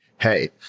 Hey